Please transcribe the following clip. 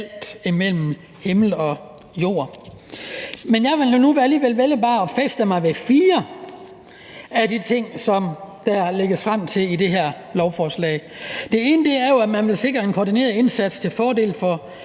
imellem himmel og jord. Men jeg vil nu alligevel bare vælge at fæstne mig ved fire af de ting, der lægges frem i det her lovforslag, og den ene er jo, at man vil sikre en koordineret indsats til fordel for